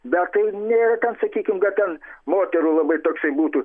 bet tai nėra ten sakykim kad ten moterų labai toksai būtų